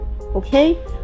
okay